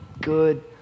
good